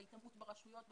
ההיטמעות ברשויות,